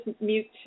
mute